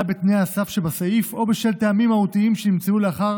בתנאי הסף שבסעיף או בשל טעמים מהותיים שנמצאו לאחר